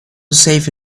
safe